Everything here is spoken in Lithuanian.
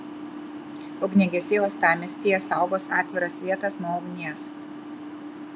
ugniagesiai uostamiestyje saugos atviras vietas nuo ugnies